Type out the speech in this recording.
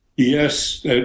Yes